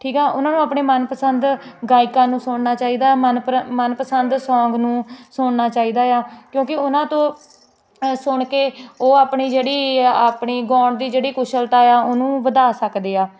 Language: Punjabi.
ਠੀਕ ਆ ਉਹਨਾਂ ਨੂੰ ਆਪਣੇ ਮਨਪਸੰਦ ਗਾਇਕਾਂ ਨੂੰ ਸੁਣਨਾ ਚਾਹੀਦਾ ਮਨਪਰਾ ਮਨਪਸੰਦ ਸੌਂਗ ਨੂੰ ਸੁਣਨਾ ਚਾਹੀਦਾ ਆ ਕਿਉਂਕਿ ਉਹਨਾਂ ਤੋਂ ਸੁਣ ਕੇ ਉਹ ਆਪਣੀ ਜਿਹੜੀ ਆਪਣੀ ਗਾਉਣ ਦੀ ਜਿਹੜੀ ਕੁਸ਼ਲਤਾ ਆ ਉਹਨੂੰ ਵਧਾ ਸਕਦੇ ਆ